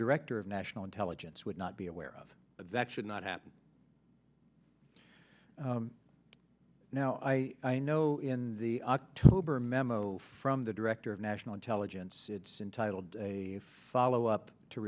director of national intelligence would not be aware of that should not happen now i know in the october memo from the director of national intelligence it's in title a follow up to